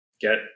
get